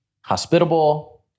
hospitable